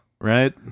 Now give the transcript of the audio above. Right